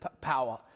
power